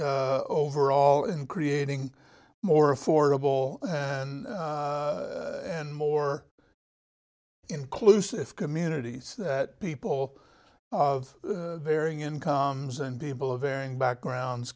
overall in creating more affordable and and more inclusive communities that people of varying incomes and people of varying backgrounds